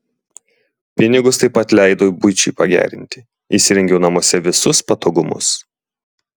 pinigus taip pat leidau buičiai pagerinti įsirengiau namuose visus patogumus